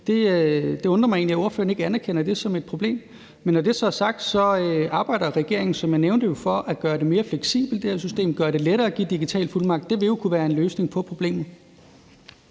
Det undrer mig egentlig, at ordføreren ikke anerkender det som et problem. Men når det så er sagt, arbejder regeringen, som jeg nævnte, jo for at gøre det mere fleksibelt. Det her system gør det lettere at give digitale fuldmagter, og det vil jo kunne være en løsning på problemet.